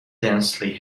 densely